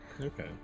Okay